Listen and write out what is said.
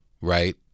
right